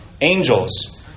Angels